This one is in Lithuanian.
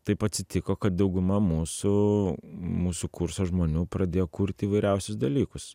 taip atsitiko kad dauguma mūsų mūsų kurso žmonių pradėjo kurti įvairiausius dalykus